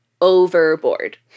overboard